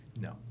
No